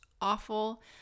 awful